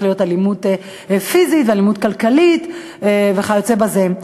לאלימות פיזית ואלימות כלכלית וכיוצא בזה.